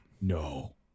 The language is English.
no